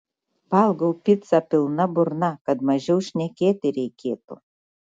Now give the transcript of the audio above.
valgau picą pilna burna kad mažiau šnekėti reikėtų